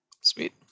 Sweet